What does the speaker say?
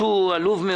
על הכול.